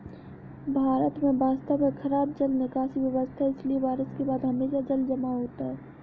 भारत में वास्तव में खराब जल निकासी व्यवस्था है, इसलिए बारिश के बाद हमेशा जलजमाव होता है